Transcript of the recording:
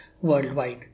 worldwide